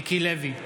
מיקי לוי,